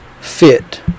fit